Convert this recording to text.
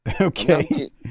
Okay